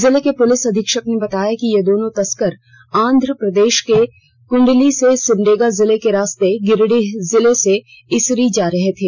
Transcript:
जिले के पुलिस अधीक्षक ने बताया कि ये दोनों तस्कर आन्ध्र प्रदेश के कृण्डली से सिमडेगा जिले के रास्ते गिरिडीह जिले के इसरी जा रहे थे